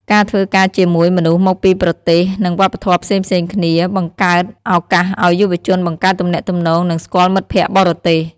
ការធ្វើការជាមួយមនុស្សមកពីប្រទេស និងវប្បធម៌ផ្សេងៗគ្នា បង្កើតឱកាសឱ្យយុវជនបង្កើតទំនាក់ទំនង និងស្គាល់មិត្តភក្តិបរទេស។